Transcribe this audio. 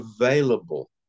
available